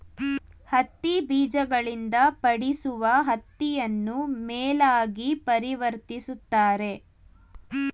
ಹತ್ತಿ ಬೀಜಗಳಿಂದ ಪಡಿಸುವ ಹತ್ತಿಯನ್ನು ಮೇಲಾಗಿ ಪರಿವರ್ತಿಸುತ್ತಾರೆ